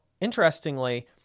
interestingly